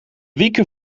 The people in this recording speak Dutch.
wieken